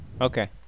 Okay